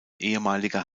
ehemaliger